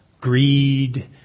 greed